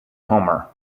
homer